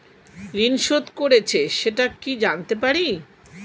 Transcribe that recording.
ঋণ শোধ করেছে সেটা কি জানতে পারি?